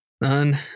None